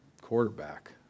quarterback